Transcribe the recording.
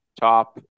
top